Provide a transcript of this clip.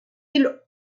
îles